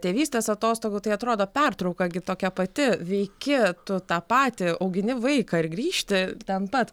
tėvystės atostogų tai atrodo pertrauka gi tokia pati veiki tu tą patį augini vaiką ir grįžti ten pat